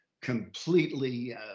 completely